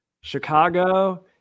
chicago